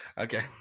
Okay